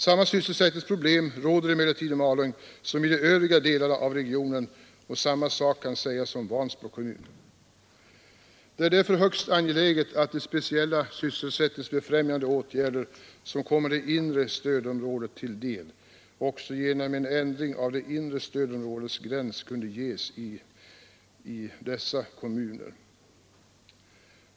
Samma sysselsättningsproblem råder emellertid i Malung som i övriga delar av regionen, och samma sak kan sägas om Vansbro kommun. Det är därför högst angeläget att de speciella sysselsättningsbefrämjande åtgärder, som kommer det inre stödområdet till del, genom en ändring av inre stödområdets gräns kunde vidtas också i dessa kommuner.